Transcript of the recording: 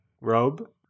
robe